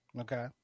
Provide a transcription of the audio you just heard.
Okay